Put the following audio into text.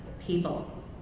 people